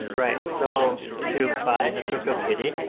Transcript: right. so to buy a cryptokitty,